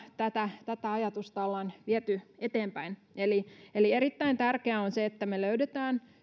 tätä tätä ajatusta viety eteenpäin on erittäin tärkeää että me löydämme